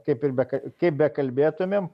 kaip ir be kaip bekalbėtumėm